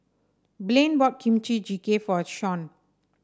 Blaine bought Kimchi Jjigae for Shaun